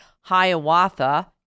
Hiawatha